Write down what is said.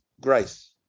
grace